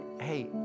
hey